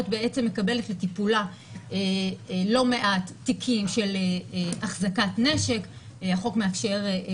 זה צריך להשפיע גם על הצד השני כי אתה רוצה שהמחוקקים יאמרו